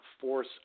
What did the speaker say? force